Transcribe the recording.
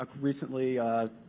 recently